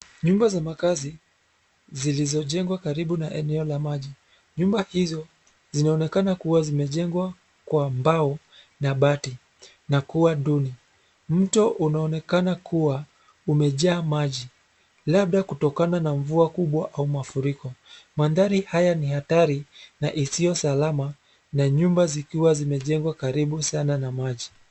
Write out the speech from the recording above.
Nyumba za makazi zilizojengwa karibu na eneo la maji. Nyumba hizo zinaonekana kuwa zimejengwa kwa mbao na bati na kuwa duni. Mto unaonekana kuwa umejaa maji, labda kutokana na mvua kubwa au mafuriko. Mandhari haya ni hatari na isiyo salama na nyumba zikiwa zimejengwa karibu sana na maji.